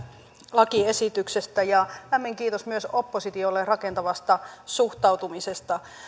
lakiesityksestä ja lämmin kiitos myös oppositiolle rakentavasta suhtautumisesta